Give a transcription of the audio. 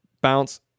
bounce